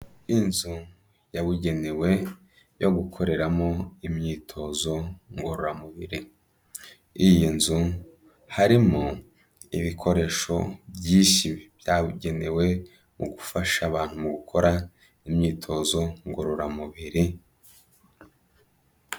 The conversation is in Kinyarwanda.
Inzu yabugenewe yo gukoreramo imyitozo ngororamubiri, iyi nzu harimo ibikoresho byinshi byabugenewe mu gufasha abantu mu gukora imyitozo ngororamubiri.